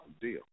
deal